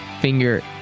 finger